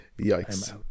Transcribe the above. Yikes